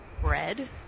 bread